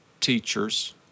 teachers